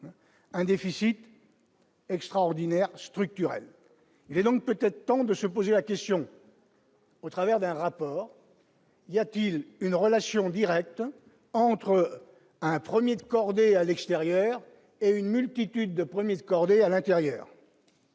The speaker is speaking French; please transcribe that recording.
un déficit extraordinaire structurelle, il est donc peut-être temps de se poser la question. Au travers d'un rapport il y a-t-il une relation directe entre un 1er de cordée à l'extérieur et une multitude de 1er de cordée à l'intérieur.